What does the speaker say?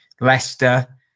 leicester